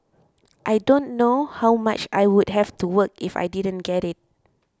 I don't know how much I would have to work if I didn't get it